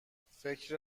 فکر